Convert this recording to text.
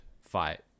fight